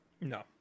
No